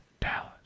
Dallas